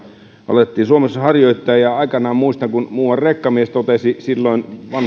alettiin suomessa harjoittaa muistan kun muuan rekkamies totesi aikoinaan silloin